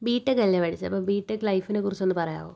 B tech അല്ലെ പഠിച്ചത് അപ്പോള് ബി ടെക് ലൈഫിനെ കുറിച്ചൊന്ന് പറയാമോ